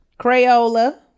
Crayola